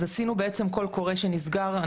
אז עשינו בעצם קול קורא שנסגר,